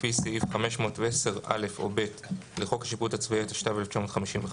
לפי סעיף 510(א) או (ב) לחוק השיפוט הצבאי התשט״ו 1955,